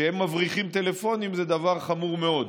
כשהם מבריחים טלפונים זה דבר חמור מאוד.